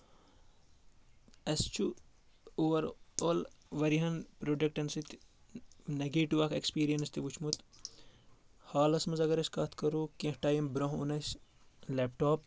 اَسہِ چھُ اوٚوَرآل واریاہَن پروڈَکٹَن سۭتۍ نگیٹِو اَکھ ایٚکٕسپیٖریَنس تہِ وُچھمُت حالَس منٛز اگر أسۍ کَتھ کَرو کینٛہہ ٹایم برونٛہہ اوٚن اسہِ لیپ ٹاپ